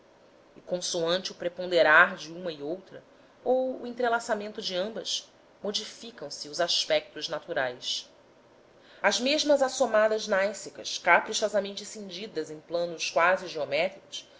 e consoante o preponderar de uma e outra ou o entrelaçamento de ambas modificam se os aspectos naturais as mesmas assomadas gnáissicas caprichosamente cindidas em planos quase geométricos